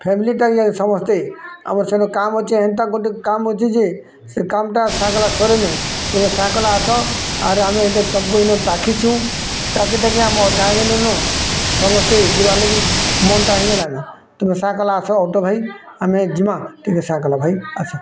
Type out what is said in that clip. ଫ୍ୟାମିଲିଟା ଇଏ ସମସ୍ତେ ଆମର୍ ସେନୁ କାମ୍ ଅଛି ଏନ୍ତା ଗୋଟେ କାମ୍ ଅଛି ଯେ ସେ କାମ୍ଟା ସଂକାଲେ ସରିନି ଟିକେ ସଂକାଲେ ଆସ ଆର୍ ଆମେ ଇଠେ ତମକୁ ଇନୁ ଡ଼ାକିଛୁଁ ଡ଼ାକି ଡ଼ାକି ଆମ ଅଠା ହେଇଗଲୁନୁ ସମସ୍ତେ ଯିବା ଲାଗି ମନ୍ଟା ହେଇଗଲାନି ତୁମେ ସଂକାଲେ ଆସ ଅଟୋ ଭାଇ ଆମେ ଜିମାଁ ଟିକେ ସଂକାଲେ ଭାଇ ଆସ